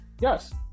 Yes